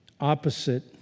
Opposite